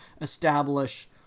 establish